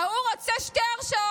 וההוא רוצה לעשות שתי הרשעות.